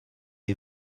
est